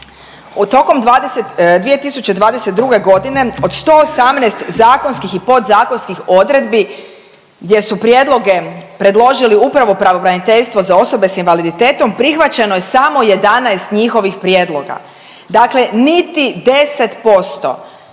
Tokom 2022. godine od 118 zakonskih i podzakonskih odredbi gdje su prijedloge predložili upravo Pravobraniteljstvo za osobe sa invaliditetom prihvaćeno je samo 11 njihovih prijedloga. Dakle, niti 10%